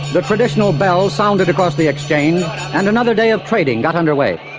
the traditional bell sounded across the exchange and another day of trading got under way.